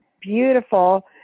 beautiful